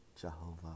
Jehovah